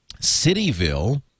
Cityville